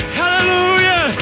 hallelujah